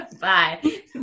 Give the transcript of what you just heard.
Bye